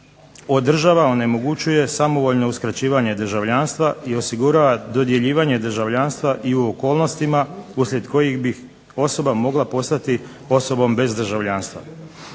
država onemogućuje samovoljno uskraćivanje državljanstva i osigurava dodjeljivanje državljanstva i u okolnostima uslijed kojih bih osoba mogla postati osobom bez državljanstva.